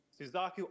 Suzaku